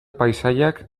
paisaiak